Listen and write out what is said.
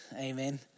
amen